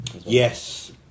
Yes